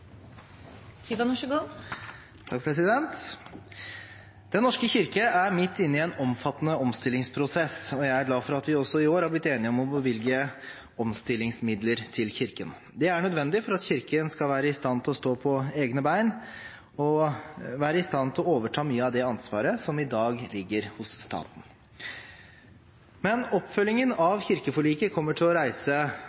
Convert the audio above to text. midt inne i en omfattende omstillingsprosess, og jeg er glad for at vi også i år har blitt enige om å bevilge omstillingsmidler til Kirken. Det er nødvendig for at Kirken skal være i stand til å stå på egne bein og til å overta mye av det ansvaret som i dag ligger hos staten. Men